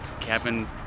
cabin